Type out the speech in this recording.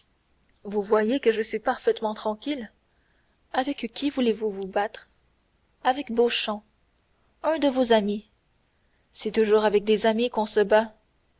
vous voyez que je suis parfaitement tranquille avec qui voulez-vous vous battre avec beauchamp un de vos amis c'est toujours avec des amis qu'on se bat